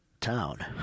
town